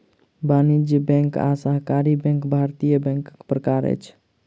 वाणिज्य बैंक आ सहकारी बैंक भारतीय बैंकक प्रकार अछि